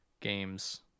games